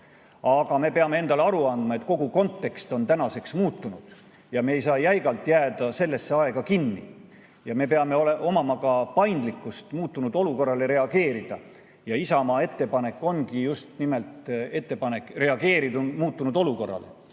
me peame endale aru andma, et kogu kontekst on tänaseks muutunud. Me ei saa jäigalt jääda sellesse aega kinni ja me peame omama ka paindlikkust muutunud olukorrale reageerida. Isamaa ettepanek ongi just nimelt ettepanek reageerida muutunud olukorrale.